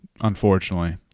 unfortunately